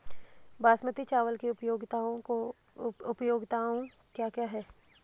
बासमती चावल की उपयोगिताओं क्या क्या हैं?